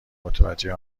متوجه